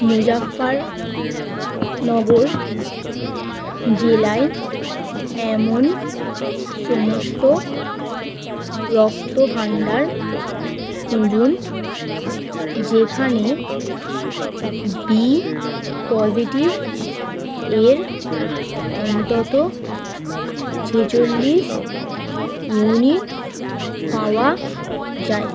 মুজাফফরনগর জেলায় এমন সমস্ত রক্তভাণ্ডার খুঁজুন যেখানে বি পজেটিভ এর অন্তত ছেচল্লিশ ইউনিট পাওয়া যায়